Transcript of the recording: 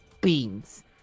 Beans